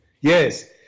Yes